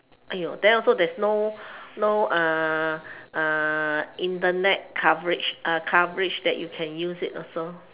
!aiyo! then also there's no no uh uh internet coverage uh coverage that you can use it also